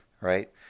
right